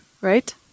right